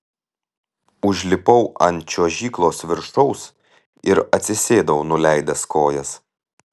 užlipau ant čiuožyklos viršaus ir atsisėdau nuleidęs kojas